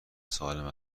سالم